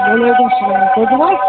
وعلیکُم اسَلام تُہۍ کٕم حظ